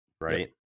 right